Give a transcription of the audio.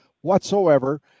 whatsoever